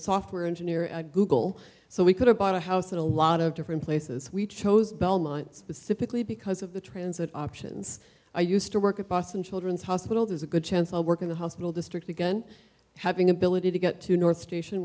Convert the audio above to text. software engineer at google so we could have bought a house in a lot of different places we chose belmont specifically because of the transit options i used to work at boston children's hospital there's a good chance i work in the hospital district again having ability to get to north station